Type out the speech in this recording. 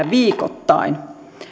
viikoittain